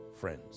friends